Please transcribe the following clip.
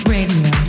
Radio